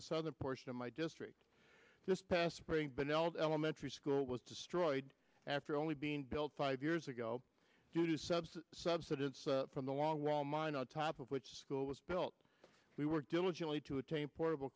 the southern portion of my district this past spring belt elementary school was destroyed after only being built five years ago due to subs substitutes from the longwall mine on top of which school was built we worked diligently to obtain portable